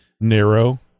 narrow